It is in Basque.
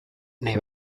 nahi